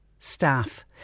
Staff